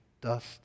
dust